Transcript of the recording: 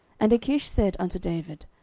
and achish said unto david,